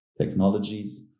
technologies